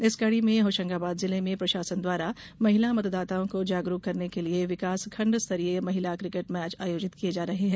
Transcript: इस कडी में होशंगाबाद जिले में प्रशासन ने महिला मतदाताओं को जागरूक करने के लिये विकासखंड स्तरीय महिला किकेट मैच आयोजित किये जा रहे है